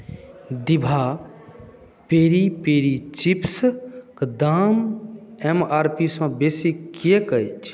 दिभा पेरी पेरी चिप्सक दाम एम आर पी सँ बेसी किएक छै